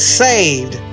saved